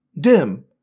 dim